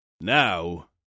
Now